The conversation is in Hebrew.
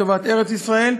לטובת ארץ-ישראל,